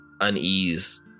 unease